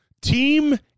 Team